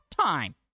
time